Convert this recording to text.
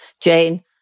Jane